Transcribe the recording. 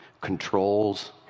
controls